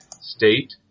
state